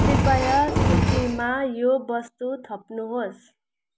कृपया सूचीमा यो वस्तु थप्नुहोस्